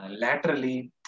laterally